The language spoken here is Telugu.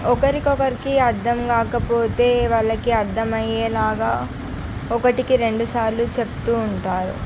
ఒకరికొకరికి అర్థం కాకపోతే వాళ్ళకి అర్థమయ్యేలాగా ఒకటికి రెండు సార్లు చెప్తు ఉంటారు